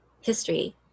history